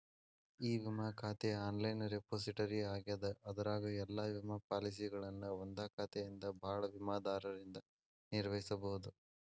E ವಿಮಾ ಖಾತೆ online repository ಆಗ್ಯದ ಅದರಾಗ ಎಲ್ಲಾ ವಿಮಾ ಪಾಲಸಿಗಳನ್ನ ಒಂದಾ ಖಾತೆಯಿಂದ ಭಾಳ ವಿಮಾದಾರರಿಂದ ನಿರ್ವಹಿಸಬೋದು